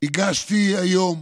הגשתי היום